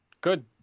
Good